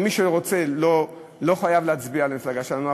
ומי שרוצה לא חייב להצביע למפלגה שלנו.